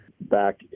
Back